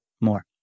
more